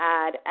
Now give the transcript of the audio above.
add